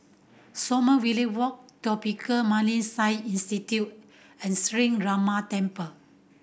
Sommerville Walk Tropical Marine Science Institute and Sree Ramar Temple